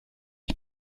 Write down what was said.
ich